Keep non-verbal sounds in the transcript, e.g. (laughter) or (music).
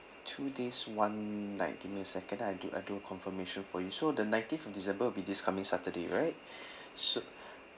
two days one night give me a second ah I do I do a confirmation for you so the nineteenth december will be this coming saturday right (breath) so